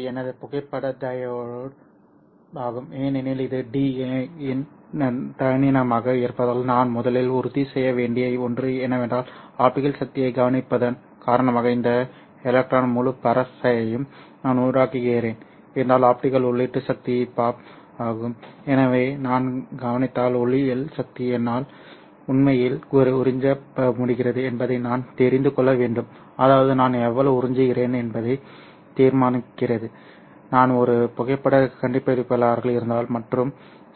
எனவே இது எனது புகைப்பட டையோடு ஆகும் ஏனெனில் இது d இன் தடிமனாக இருப்பதால் நான் முதலில் உறுதி செய்ய வேண்டிய ஒன்று என்னவென்றால் ஆப்டிகல் சக்தியைக் கவனிப்பதன் காரணமாக இந்த எலக்ட்ரான் முழு பரேஸையும் நான் உருவாக்குகிறேன் என்றால் ஆப்டிகல் உள்ளீட்டு சக்தி பாப் ஆகும் எனவே நான் கவனித்தால் ஒளியியல் சக்தி என்னால் உண்மையில் உறிஞ்ச முடிகிறது என்பதை நான் தெரிந்து கொள்ள வேண்டும் அதாவது நான் எவ்வளவு உறிஞ்சுகிறேன் என்பதை தீர்மானிக்கிறேன் நான் ஒரு புகைப்படக் கண்டுபிடிப்பாளராக இருந்தால் மற்றும்